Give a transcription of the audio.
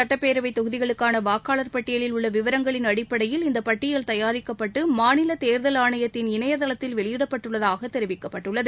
சட்டப்பேரவை தொகுதிகளுக்கான வாக்காளர் பட்டியலில் உள்ள விவரங்களின் அடிப்படையில் இந்த பட்டியல் தயாரிக்கப்பட்டு மாநில தேர்தல் ஆணையத்தின் இணையதளத்தில் வெளியிடப்பட்டுள்ளதாக தெரிவிக்கப்பட்டுள்ளது